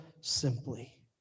simply